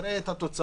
נראה את התוצאות.